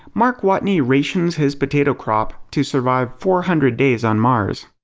mark watney rations his potato crop to survive four hundred days on mars.